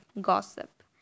gossip